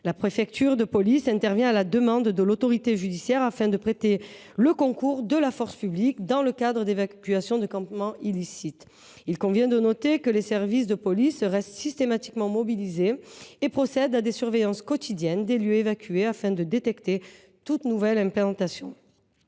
La préfecture de police intervient à la demande de l’autorité judiciaire, afin de prêter le concours de la force publique dans le cadre d’opérations d’évacuation de campements illicites. Il convient de noter que les services de police restent systématiquement mobilisés et assurent la surveillance quotidienne des lieux évacués pour détecter toute nouvelle implantation.